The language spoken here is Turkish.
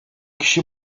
kişi